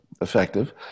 effective